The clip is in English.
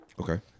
Okay